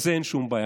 בזה אין שום בעיה,